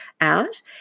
out